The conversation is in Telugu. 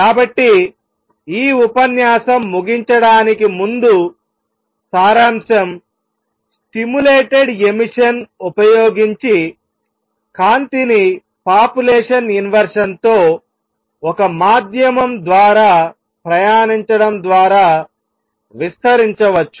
కాబట్టి ఈ ఉపన్యాసం ముగించడానికి ముందు సారాంశంస్టిములేటెడ్ ఎమిషన్ ఉపయోగించి కాంతిని పాపులేషన్ ఇన్వెర్షన్ తో ఒక మాధ్యమం ద్వారా ప్రయాణించడం ద్వారా విస్తరించవచ్చు